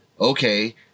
okay